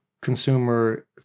consumer